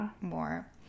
more